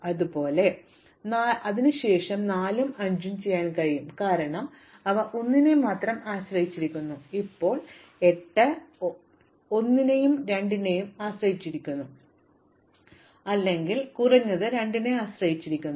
അതുപോലെ എനിക്ക് 4 ഉം 5 ഉം ചെയ്യാൻ കഴിയും കാരണം അവ 1 നെ മാത്രം ആശ്രയിച്ചിരിക്കുന്നു ഇപ്പോൾ 8 1 2 എന്നിവയെ ആശ്രയിച്ചിരിക്കുന്നു എനിക്ക് മെറ്റീരിയൽ ആവശ്യമാണ് അല്ലെങ്കിൽ കുറഞ്ഞത് 2 നെ ആശ്രയിച്ചിരിക്കുന്നു